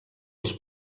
els